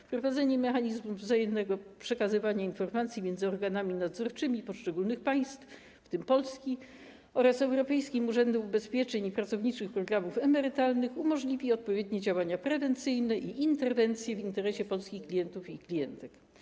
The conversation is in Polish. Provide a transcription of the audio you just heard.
Wprowadzenie mechanizmów wzajemnego przekazywania informacji między organami nadzorczymi poszczególnych państw, w tym Polski, oraz europejskich urzędów ubezpieczeń i pracowniczych programów emerytalnych umożliwi odpowiednie działania prewencyjne i interwencje w interesie polskich klientów i klientek.